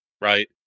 right